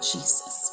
Jesus